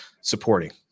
supporting